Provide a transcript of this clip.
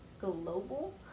global